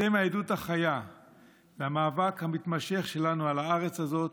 אתם העדות החיה למאבק המתמשך שלנו על הארץ הזאת.